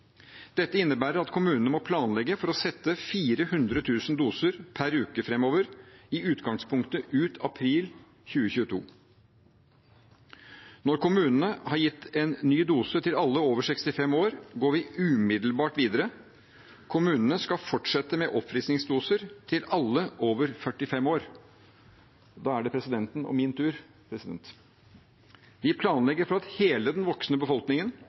Dette innebærer at kommunene må planlegge for å sette 400 000 doser per uke framover, i utgangspunktet ut april 2022. Når kommunene har gitt en ny dose til alle over 65 år, går vi umiddelbart videre. Kommunene skal fortsette med oppfriskningsdoser til alle over 45 år – da er det presidentens og min tur. Vi planlegger for at hele den voksne befolkningen,